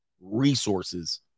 resources